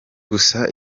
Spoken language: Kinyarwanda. gusa